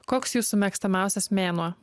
koks jūsų mėgstamiausias mėnuo